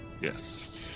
Yes